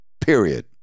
Period